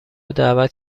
دعوت